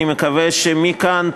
אני מקווה שמכאן,